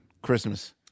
Christmas